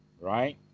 right